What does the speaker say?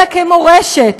אלא כמורשת,